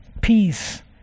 peace